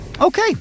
Okay